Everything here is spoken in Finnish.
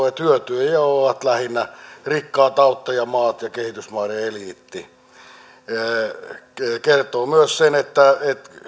että hyötyjiä ovat lähinnä rikkaat auttajamaat ja kehitysmaiden eliitti hän kertoo myös sen että